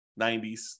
90s